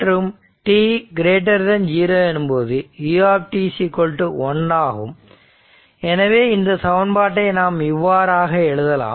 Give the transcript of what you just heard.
மற்றும் t0 எனும்போது u 1 ஆகும் எனவே இந்த சமன்பாட்டை நாம் இவ்வாறாக எழுதலாம்